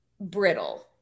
brittle